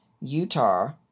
Utah